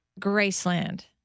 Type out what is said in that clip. Graceland